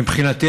מבחינתי,